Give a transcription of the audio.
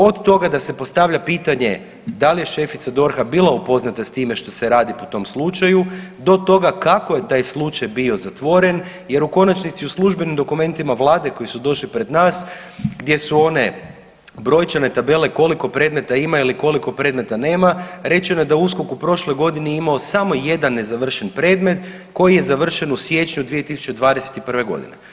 Od toga da se postavlja pitanje da li je šefica DORH-a bila upoznata s time što se radi po tom slučaju do toga kako je taj slučaj bio zatvoren jer u konačnici u službenim dokumentima vlade koji su došli pred nas gdje su one brojčane tabele koliko predmeta ima ili koliko predmeta nema, rečeno je da je USKOK u prošloj godini imao samo jedan nezavršen predmet koji je završen u siječnju 2021. godine.